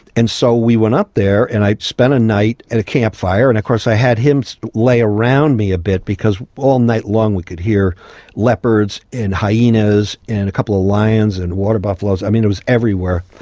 and so we went up there and i spent a night at a camp fire, and of course i had him lay around me a bit because all night long we could hear leopards and hyenas and a couple of lions and water buffalos, i mean it was everywhere.